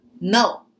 No